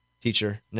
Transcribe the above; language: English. teacher